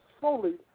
solely